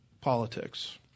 politics